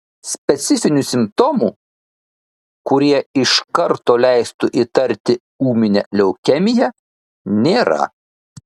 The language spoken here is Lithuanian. specifinių simptomų kurie iš karto leistų įtarti ūminę leukemiją nėra